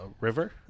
river